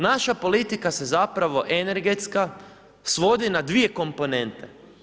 Naša politika se zapravo energetska svodi na dvije komponente.